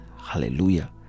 hallelujah